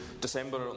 December